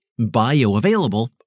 bioavailable